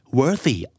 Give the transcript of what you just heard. worthy